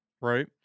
right